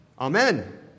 Amen